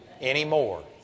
anymore